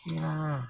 ya